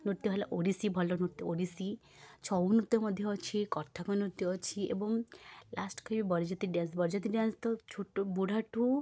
ନୃତ୍ୟ ହେଲା ଭଲ ନୃତ୍ୟ ଓଡ଼ିଶୀ ଛଉ ନୃତ୍ୟ ମଧ୍ୟ ଅଛି କଥକ ନୃତ୍ୟ ଅଛି ଏବଂ ଲାଷ୍ଟ୍କୁ ବି ବରଯାତ୍ରୀ ଡ୍ୟାନ୍ସ ବରଯାତ୍ରୀ ଡ୍ୟାନ୍ସ ତ ଛୋଟ ବୁଢ଼ାଠୁ